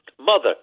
mother